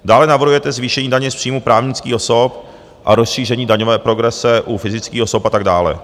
Dále navrhujete zvýšení daně z příjmů právnických osob a rozšíření daňové progrese u fyzických osob atd.